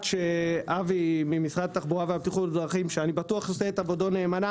אבי ממשרד התחבורה והבטיחות בדרכים אני בטוח שהוא עושה עבודתו נאמנה